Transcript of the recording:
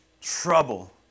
trouble